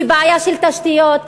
היא בעיה של תשתיות,